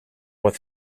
with